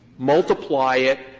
multiply it,